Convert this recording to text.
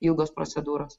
ilgos procedūros